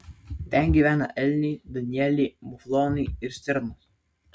ten gyvena elniai danieliai muflonai ir stirnos